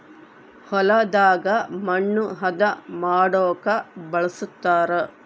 ಹೊಲದಾಗ ಮಣ್ಣು ಹದ ಮಾಡೊಕ ಬಳಸ್ತಾರ